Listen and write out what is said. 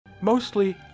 mostly